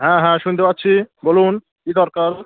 হ্যাঁ হ্যাঁ শুনতে পাচ্ছি বলুন কী দরকার